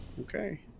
okay